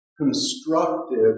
constructive